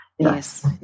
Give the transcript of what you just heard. Yes